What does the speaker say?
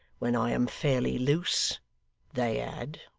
when i am fairly loose they had